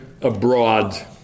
abroad